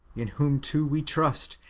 in whom too we trust,